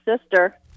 sister